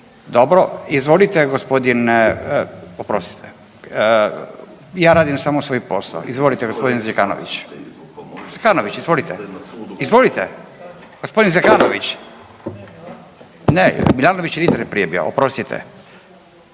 dobro. Izvolite gospodin, oprostite, ja radim samo svoj posao. Izvolite gospodin Zekanović, Zekanović izvolite, izvolite, gospodin Zekanović, ne Milanović Litre je prije bio, oprostite.